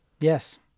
Yes